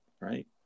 right